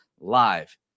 live